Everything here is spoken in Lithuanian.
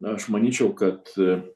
aš manyčiau kad